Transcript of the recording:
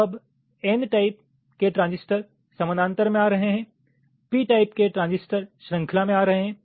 तो अब n type के ट्रांजिस्टर समानांतर में आ रहे हैं p टाइपके ट्रांजिस्टर श्रृंखला में आ रहे हैं